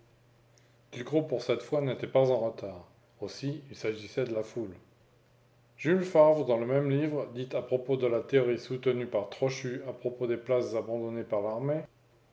ducrot pour cette fois n'était pas en retard aussi il s'agissait de la foule jules favre dans le même livre dit à propos de la théorie soutenue par trochu à propos des places abandonnées par l'armée